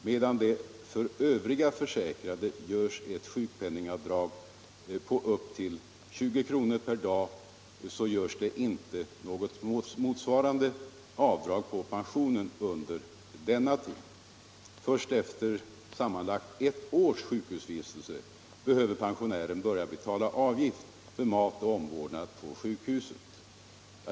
Medan det för övriga försäkrade görs ett sjukpenningavdrag på upp till 20 kr. per dag, så görs det inte något mot svarande avdrag på pensionen under denna tid. Först efter sammanlagt ett års sjukhusvistelse behöver pensionären börja betala avgift för mat och omvårdnad på sjukhuset.